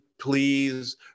please